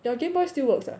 your gameboy still works ah